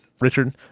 Richard